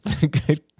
Good